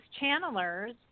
channelers